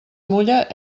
mulla